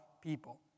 people